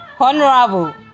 Honorable